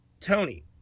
Tony